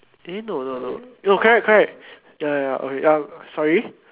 eh no no no no correct correct ya ya okay ya sorry